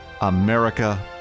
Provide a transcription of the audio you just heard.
America